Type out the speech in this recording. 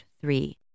three